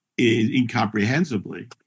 incomprehensibly